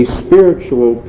spiritual